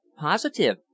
Positive